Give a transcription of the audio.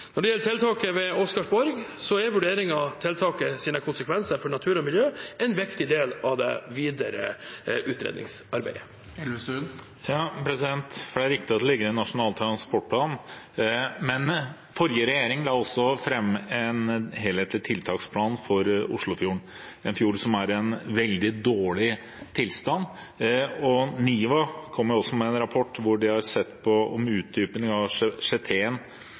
Når det gjelder tiltaket ved Oscarsborg, er vurderingen av tiltakets konsekvenser for natur og miljø en viktig del av det videre utredningsarbeidet. Det er riktig at det ligger i Nasjonal transportplan, men forrige regjering la også fram en helhetlig tiltaksplan for Oslofjorden, en fjord som er i veldig dårlig tilstand. NIVA kom jo også med en rapport hvor de har sett på om utdypning av